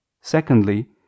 Secondly